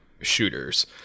shooters